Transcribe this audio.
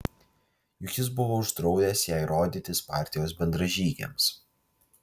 juk jis buvo uždraudęs jai rodytis partijos bendražygiams